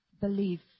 believe